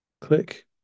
click